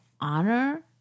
honor